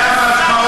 אין מושג כזה.